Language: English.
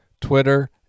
Twitter